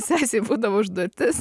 sesei būdavo užduotis